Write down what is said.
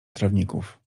trawników